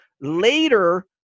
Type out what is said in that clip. later